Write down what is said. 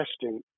testing